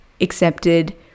accepted